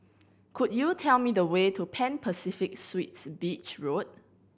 could you tell me the way to Pan Pacific Suites Beach Road